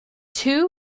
two